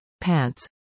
pants